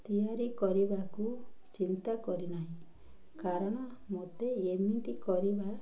ତିଆରି କରିବାକୁ ଚିନ୍ତା କରି ନାହିଁ କାରଣ ମୋତେ ଏମିତି କରିବା